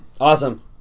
Awesome